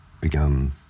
began